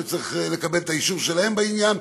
שצריך לקבל את האישור שלהם בעניין.